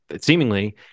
seemingly